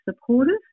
supportive